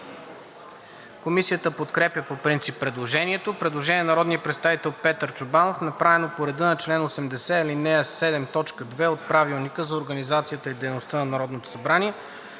Комисията подкрепя по принцип предложението. Предложение на народния представител Петър Чобанов, направено по реда на чл. 80, ал. 7, т. 2 от Правилника за организацията и дейността на Народното събрание.